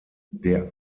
der